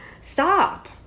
Stop